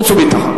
חוץ וביטחון.